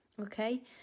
okay